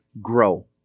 grow